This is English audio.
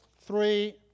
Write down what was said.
three